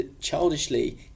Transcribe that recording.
childishly